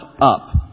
up